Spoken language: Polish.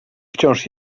wciąż